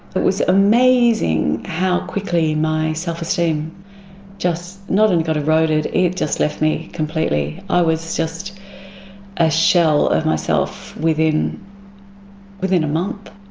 but was amazing how quickly my self-esteem just not only got eroded, it just left me completely, i was just a shell of myself within within a month.